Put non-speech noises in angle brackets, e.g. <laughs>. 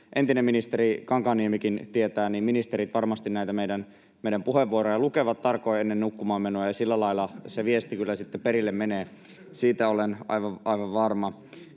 entinen ministeri Kankaanniemikin tietää, ministerit varmasti näitä meidän puheenvuoroja lukevat tarkoin ennen nukkumaanmenoa, ja sillä lailla se viesti kyllä sitten perille menee. <laughs> Siitä olen aivan varma.